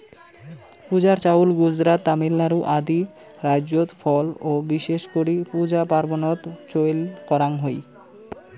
পূজার চাউল গুজরাত, তামিলনাড়ু আদি রাইজ্যত ফল ও বিশেষ করি পূজা পার্বনত চইল করাঙ হই